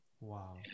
Wow